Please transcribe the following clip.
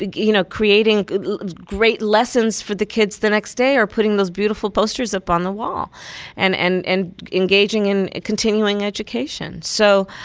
you know, creating great lessons for the kids the next day or putting those beautiful posters up on the wall and and and engaging in continuing education. so